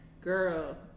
Girl